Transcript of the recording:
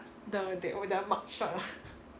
the that older mugshot ah